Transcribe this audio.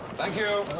thank you.